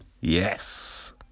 Yes